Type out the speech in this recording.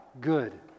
good